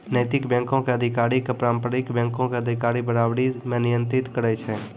नैतिक बैंको के अधिकारी के पारंपरिक बैंको के अधिकारी बराबरी मे नियंत्रित करै छै